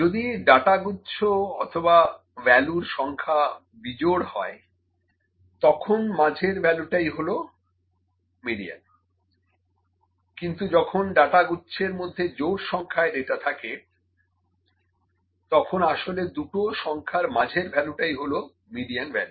যখন ডাটা গুচ্ছ অথবা ভ্যালুর সংখ্যা বিজোড় হয় তখন মাঝের ভ্যালুটাই হলো মিডিয়ান কিন্তু যখন ডাটা গুচ্ছের মধ্যে জোড় সংখ্যায় ডাটা থাকে তখন আসলে দুটো সংখ্যার মাঝের ভ্যালুটাই হলো মিডিয়ান ভ্যালু